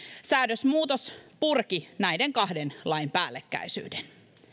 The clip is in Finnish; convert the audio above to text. säädösmuutos purki näiden kahden lain päällekkäisyyden